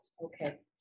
Okay